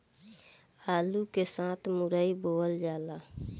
आलू के साथ मुरई बोअल जाला